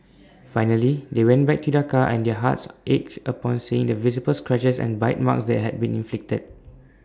finally they went back to their car and their hearts ached upon seeing the visible scratches and bite marks that had been inflicted